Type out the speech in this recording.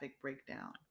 breakdown